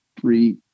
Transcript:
three